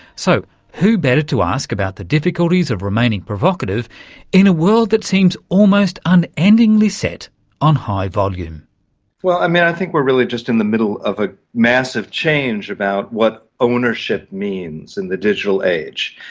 so who better to ask about the difficulties of remaining provocative in a world that seems almost unendingly set on high-volume. well, i mean i think we're really just in the middle of a massive change about what ownership means in the digital age.